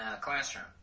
classroom